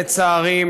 לצערי,